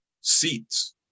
seats